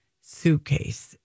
suitcase